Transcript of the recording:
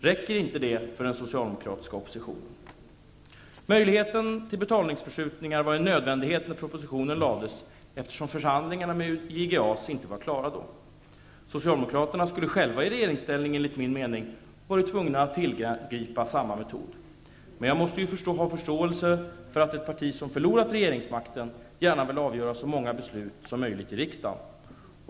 Räcker inte det för den socialdemokratiska oppositionen? Möjligheten till betalningsförskjutningar var en nödvändighet när propositionen lades fram, eftersom förhandlingarna med IG JAS inte var klara då. Socialdemokraterna skulle själva i regeringsställning ha varit tvunga att tillgripa samma metod. Men jag måste ha förståelse för att ett parti som just förlorat regeringsmakten gärna vill avgöra så många beslut som möjligt i riksdagen.